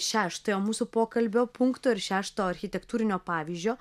šeštojo mūsų pokalbio punkto ir šešto architektūrinio pavyzdžio